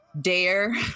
Dare